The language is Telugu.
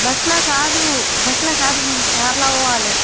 బస్లో కాదు బస్లో కాదు మేము కార్లో పోవాలి